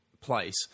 place